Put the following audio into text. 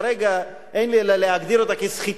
שכרגע אין לי אלא להגדיר אותה "סחיטה